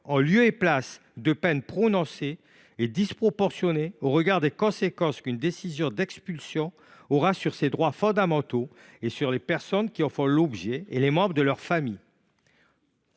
– à la peine prononcée est disproportionnée au regard des conséquences qu’une décision d’expulsion aura sur les droits fondamentaux des personnes qui en font l’objet et des membres de leurs familles.